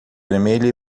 vermelha